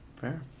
Fair